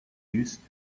used